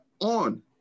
on